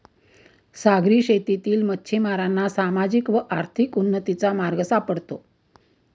सागरी शेतीतील मच्छिमारांना सामाजिक व आर्थिक उन्नतीचा मार्ग सापडतो